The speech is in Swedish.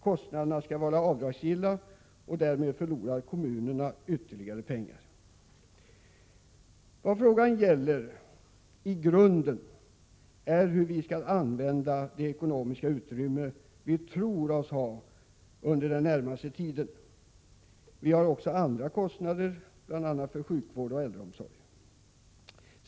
Kostnaderna skall vara avdragsgilla, och därmed förlorar kommunerna ytterligare pengar. Vad frågan i grunden gäller är hur det ekonomiska utrymme som vi tror oss ha under den närmaste tiden skall användas. Det finns också andra kostnader, bl.a. för sjukvård och äldreomsorg.